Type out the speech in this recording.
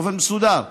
באופן מסודר,